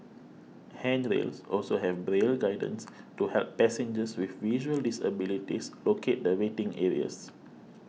handrails also have Braille guidance to help passengers with visual disabilities locate the waiting areas